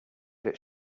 that